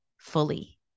fully